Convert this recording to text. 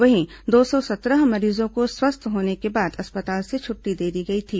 वहीं दो सौ सत्रह मरीजों को स्वस्थ होने के बाद अस्पताल से छुट्टी दे दी गई थी